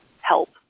help